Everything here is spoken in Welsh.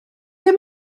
ddim